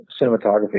cinematography